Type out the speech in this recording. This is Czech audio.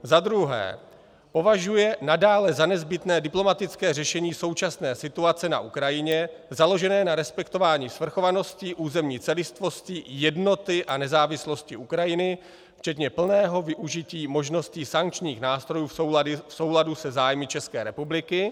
2. považuje nadále za nezbytné diplomatické řešení současné situace na Ukrajině založené na respektování svrchovanosti, územní celistvosti, jednoty a nezávislosti Ukrajiny včetně plného využití možností sankčních nástrojů v souladu se zájmy České republiky;